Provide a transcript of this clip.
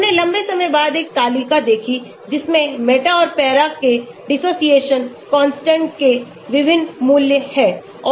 हमने लंबे समय बाद एक तालिका देखी जिसमें मेटा और पैरा के dissociation constant के विभिन्न मूल्य हैं